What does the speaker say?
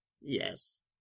Yes